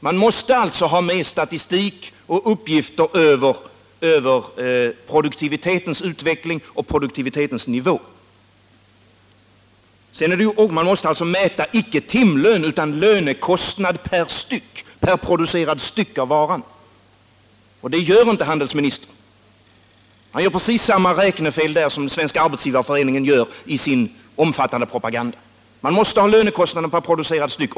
Man måste alltså ha med statistik på och uppgifter över produktivitetsutveckling och produktionsnivå. Man skall inte mäta timlönen utan lönekostnaden per producerad enhet av varan. Det gör inte handelsministern. Han gör precis samma räknefel som Svenska arbetsgivareföreningen gör i sin omfattande propaganda. Man måste ange lönekostnaden per styck.